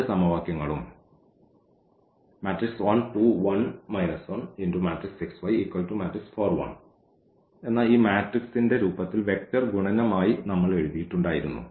ഈ രണ്ട് സമവാക്യങ്ങളും ഈ മാട്രിക്സിന്റെ രൂപത്തിൽ വെക്റ്റർ ഗുണനമായി നമ്മൾ എഴുതിയിട്ടുണ്ടായിരുന്നു